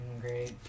great